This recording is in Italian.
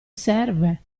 serve